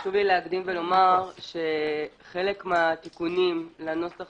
חשוב לי להקדים ולומר שחלק מהתיקונים לנוסח